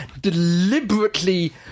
deliberately